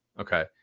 okay